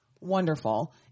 wonderful